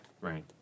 Right